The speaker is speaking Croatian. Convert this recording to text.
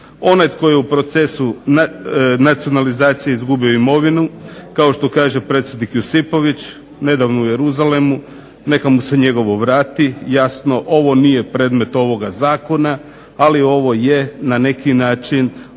Onaj tko je u procesu nacionalizacije izgubio imovinu kao što kaže predsjednik Josipović nedavno u Jeruzalemu neka mu se njegovo vrati. Jasno ovo nije predmet ovoga zakona ali ovo je na neki način pozicija